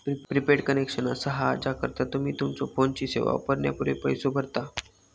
prepaid connection असा हा ज्याकरता तुम्ही तुमच्यो फोनची सेवा वापरण्यापूर्वी पैसो भरता